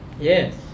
yes